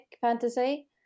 fantasy